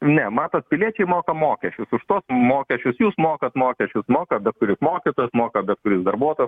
ne matot piliečiai moka mokesčius už tuos mokesčius jūs mokat mokesčius moka bet kuris mokytojas moka bet kuris darbuotojas